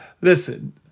Listen